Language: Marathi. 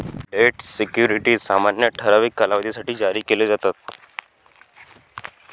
डेट सिक्युरिटीज सामान्यतः ठराविक कालावधीसाठी जारी केले जातात